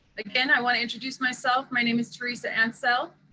again, i want to introduce myself. my name is theresa ancell,